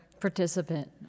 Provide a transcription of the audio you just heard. participant